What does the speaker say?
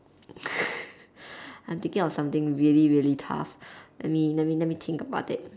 I'm thinking of something really really tough let me let me let me think about it